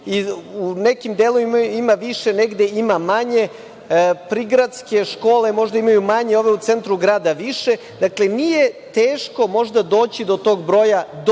da u nekim delovima ima više, negde ima manje, prigradske škole možda imaju manje, a ove u centru grada više. Dakle, nije teško doći do tog broja, do 20.